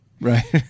Right